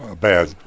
bad